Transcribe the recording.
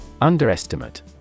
Underestimate